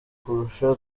kurusha